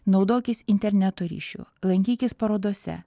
naudokis interneto ryšiu lankykis parodose